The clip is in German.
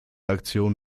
aktion